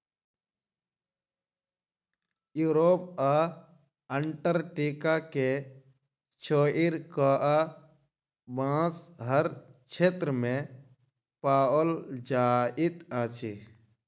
Europe आ Antarctica के छोइड़ कअ, बांस हर क्षेत्र में पाओल जाइत अछि